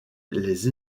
les